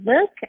look